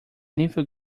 nephew